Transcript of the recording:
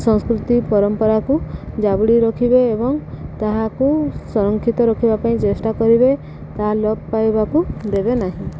ସଂସ୍କୃତି ପରମ୍ପରାକୁ ଜାବୁଡ଼ି ରଖିବେ ଏବଂ ତାହାକୁ ସଂରକ୍ଷିତ ରଖିବା ପାଇଁ ଚେଷ୍ଟା କରିବେ ତାହା ଲୋପ ପାଇବାକୁ ଦେବେ ନାହିଁ